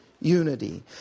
unity